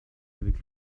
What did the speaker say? avec